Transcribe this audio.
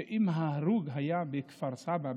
שאם ההרוג היה בכפר סבא,